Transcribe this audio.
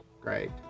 great